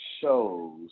shows